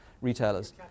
retailers